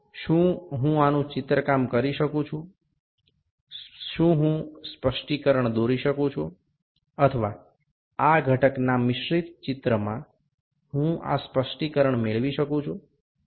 શું હું આનું ચિત્રકામ કરી શકું છું શું હું સ્પષ્ટીકરણ દોરી શકું છું અથવા આ ઘટકના મિશ્રિત ચિત્રમાં હું આ સ્પષ્ટીકરણ મેળવી શકું છું